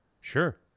sure